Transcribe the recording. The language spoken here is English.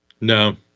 No